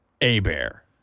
A-Bear